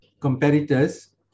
competitors